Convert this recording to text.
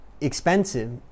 expensive